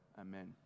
Amen